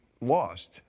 lost